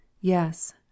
Yes